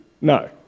No